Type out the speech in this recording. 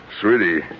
sweetie